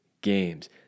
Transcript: games